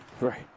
Right